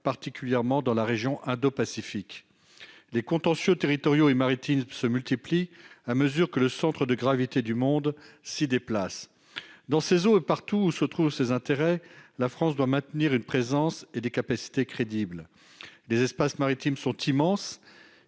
particulièrement dans la région indopacifique, les contentieux territoriaux et maritimes se multiplient à mesure que le centre de gravité du monde si des places dans ces eaux et partout où se trouvent ses intérêts, la France doit maintenir une présence et des capacités crédibles des espaces maritimes sont immenses,